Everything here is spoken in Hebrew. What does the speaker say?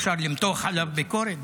אפשר למתוח עליו ביקורת,